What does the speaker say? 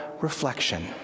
reflection